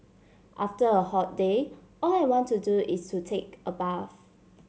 after a hot day all I want to do is to take a bath